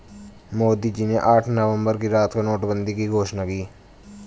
मोदी जी ने आठ नवंबर की रात को नोटबंदी की घोषणा की